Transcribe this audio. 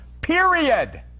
period